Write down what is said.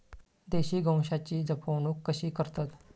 देशी गोवंशाची जपणूक कशी करतत?